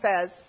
says